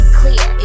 clear